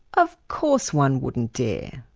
of course one wouldn't dare',